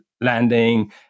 landing